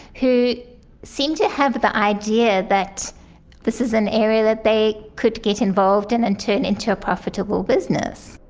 who seem to have the idea that this is an area that they could get involved in and turn into a profitable business.